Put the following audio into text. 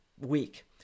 week